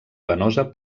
venosa